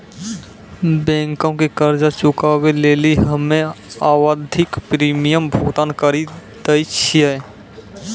बैंको के कर्जा चुकाबै लेली हम्मे आवधिक प्रीमियम भुगतान करि दै छिये